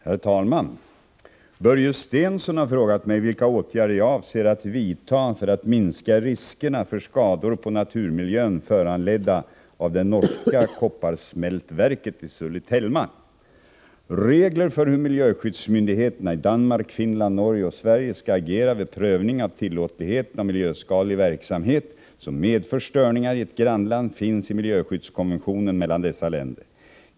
Herr talman! Börje Stensson har frågat mig vilka åtgärder jag avser att vidta för att minska riskerna för skador på naturmiljön föranledda av det norska kopparsmältverket i Sulitjelma. Regler för hur miljöskyddsmyndigheterna i Danmark, Finland, Norge och Sverige skall agera vid prövning av tillåtligheten av miljöskadlig verksamhet som medför störningar i ett grannland finns i miljöskyddskonventionen mellan dessa länder.